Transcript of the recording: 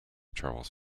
travels